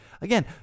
Again